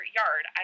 yard